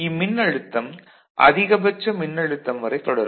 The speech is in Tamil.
இம்மின்னழுத்தம் அதிகபட்ச மின்னழுத்தம் வரை தொடரும்